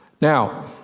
Now